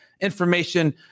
information